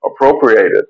appropriated